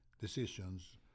decisions